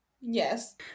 Yes